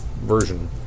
version